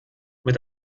mit